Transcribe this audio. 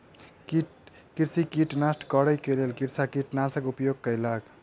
कृषि कीटक नष्ट करै के लेल कृषक कीटनाशकक उपयोग कयलक